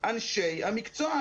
אנשי המקצוע,